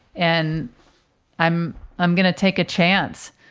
and i'm i'm going to take a chance.